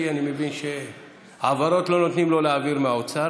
כי אני מבין שהעברות לא נותנים לו להעביר מהאוצר,